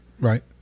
Right